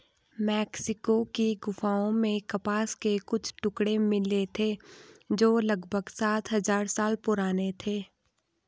Mexico की गुफाओं में कपास के कुछ टुकड़े मिले थे जो लगभग सात हजार साल पुराने थे